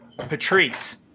Patrice